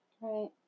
right